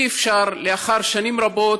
אי-אפשר לאחר שנים רבות,